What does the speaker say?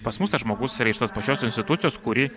pas mus tas žmogus yra iš tos pačios institucijos kuri